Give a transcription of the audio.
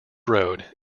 road